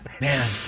Man